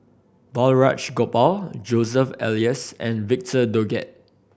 Balraj Gopal Joseph Elias and Victor Doggett